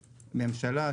ממשלה,